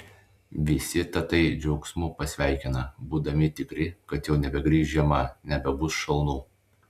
visi tatai džiaugsmu pasveikina būdami tikri kad jau nebegrįš žiema nebebus šalnų